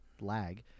lag